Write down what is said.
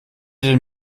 den